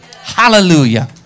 hallelujah